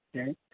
okay